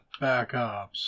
Backups